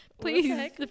Please